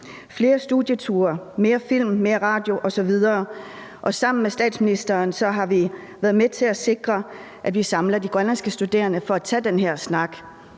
flere studieture, flere film, mere radio osv. til. Sammen med statsministeren har vi været med til at sikre, at vi på Marienborg den 7. maj samler de grønlandske studerende for at tage den her snak